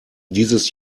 dieses